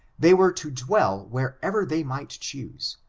they were to dwell wherever they might choose,